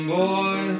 boy